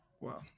Wow